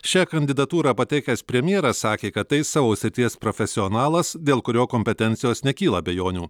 šią kandidatūrą pateikęs premjeras sakė kad tai savo srities profesionalas dėl kurio kompetencijos nekyla abejonių